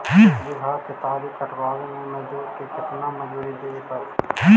एक बिघा केतारी कटबाबे में मजुर के केतना मजुरि देबे पड़तै?